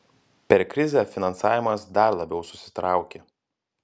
per krizę finansavimas dar labiau susitraukė